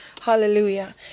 Hallelujah